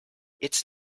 its